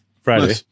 friday